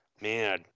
Man